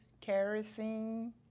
kerosene